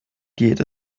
geht